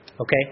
Okay